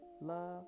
Love